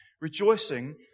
rejoicing